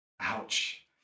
Ouch